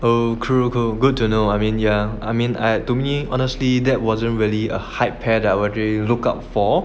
oh cool cool good to know I mean yeah I mean I to me honestly that wasn't really a hype pair that I would actually look out for